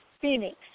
Phoenix